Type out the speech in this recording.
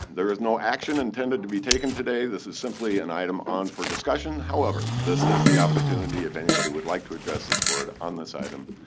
there is no action intended to be taken today. this is simply an item on for discussion. however, this is the opportunity, if anybody would like to address this board on this item,